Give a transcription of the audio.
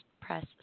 press